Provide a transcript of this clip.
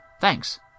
Thanks